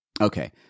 Okay